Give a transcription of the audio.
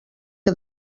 que